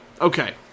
okay